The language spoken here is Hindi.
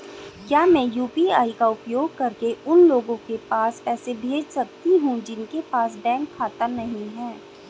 क्या मैं यू.पी.आई का उपयोग करके उन लोगों के पास पैसे भेज सकती हूँ जिनके पास बैंक खाता नहीं है?